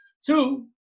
Two